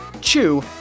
chew